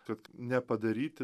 kad nepadaryti